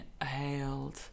inhaled